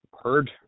heard